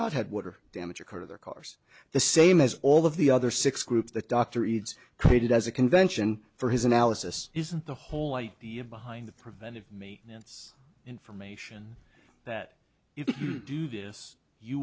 not had water damage occurred in their cars the same as all of the other six groups that dr eades created as a convention for his analysis isn't the whole idea behind the preventive maintenance information that if you do this you